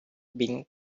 been